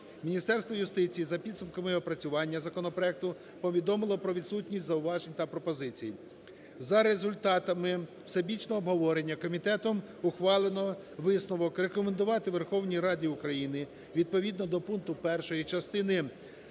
Міністерство юстиції за підсумками опрацювання законопроекту повідомило про відсутність зауважень та пропозицій. За результатами всебічного обговорення комітетом ухвалено висновок: рекомендувати Верховній Раді України, відповідно до пункту 1 та частини